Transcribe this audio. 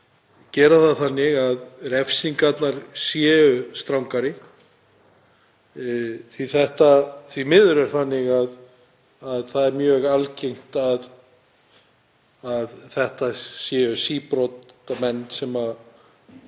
gera það þannig að refsingarnar séu strangari af því að það er mjög algengt að þetta séu síbrotamenn sem